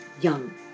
Young